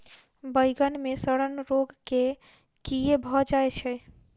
बइगन मे सड़न रोग केँ कीए भऽ जाय छै?